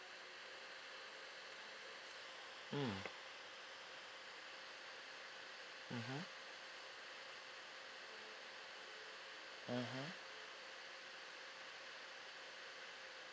mm mmhmm mmhmm